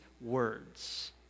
words